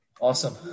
awesome